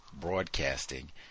broadcasting